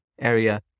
area